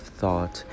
thought